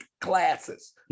classes